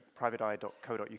PrivateEye.co.uk